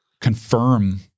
confirm